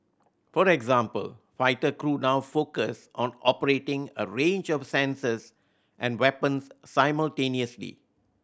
for example fighter crew now focus on operating a range of sensors and weapons simultaneously